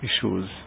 issues